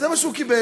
זה מה שהוא קיבל.